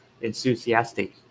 enthusiastic